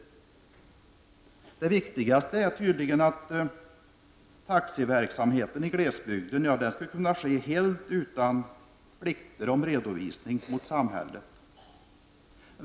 Det viktigaste tydligen är att taxiverksamhet i glesbygd skall kunna ske helt utan plikter om redovisning mot samhället.